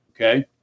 Okay